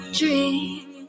dream